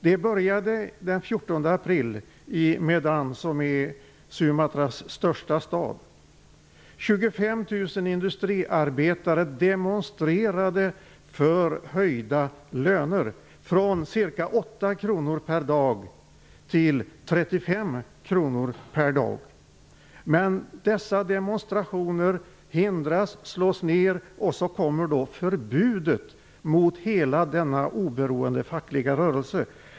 Det började den 14 industriarbetare demonstrerade för höjda löner, från ca 8 kr per dag till 35 kr per dag. Men dessa demonstrationer hindras och slås ner, och så kommer förbudet mot hela denna oberoende fackliga rörelse.